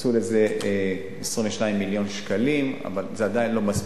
הקצו לזה 22 מיליון שקלים, אבל זה עדיין לא מספיק.